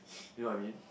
you know what I mean